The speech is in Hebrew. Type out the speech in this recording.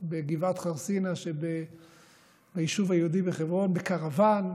בגבעת חרסינה שביישוב היהודי בחברון, בקרוון,